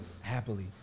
happily